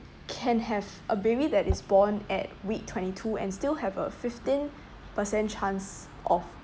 can have a baby that is born at week twenty two and still have a fifteen percent chance of